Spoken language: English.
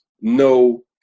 no